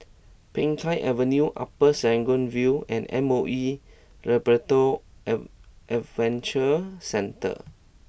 Peng Kang Avenue Upper Serangoon View and M O E Labrador ave Adventure Centre